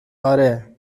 آره